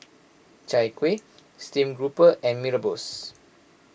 Chai Kuih Stream Grouper and Mee Rebus